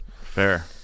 Fair